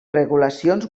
regulacions